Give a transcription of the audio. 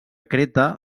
creta